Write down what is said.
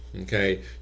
Okay